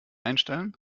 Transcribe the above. einstellen